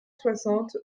soixante